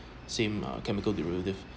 same uh chemical derivative